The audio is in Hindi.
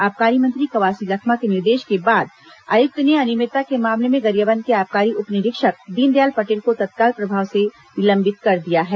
आबकारी मंत्री कवासी लखमा के निर्देश के बाद आयुक्त ने अनियमितता के मामले में गरियाबंद के आबकारी उप निरीक्षक दीनदयाल पटेल को तत्काल प्रभाव से निलंबित कर दिया है